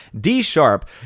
D-Sharp